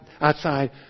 outside